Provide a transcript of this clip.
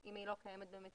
אם היא לא קיימת במציאות.